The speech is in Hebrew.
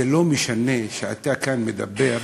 זה לא משנה שאתה כאן מדבר,